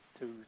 two